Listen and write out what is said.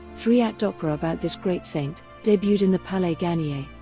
three-act opera about this great saint debuted in the palais garnier.